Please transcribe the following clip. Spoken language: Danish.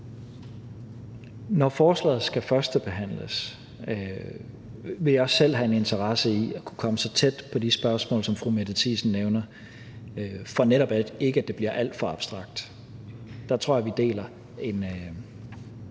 Når forslaget skal førstebehandles, vil jeg også selv have en interesse i at kunne komme så tæt på at svare på de spørgsmål, som fru Mette Thiesen nævner, for at det netop ikke bliver alt for abstrakt. Der tror jeg, vi deler en